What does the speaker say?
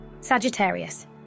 Sagittarius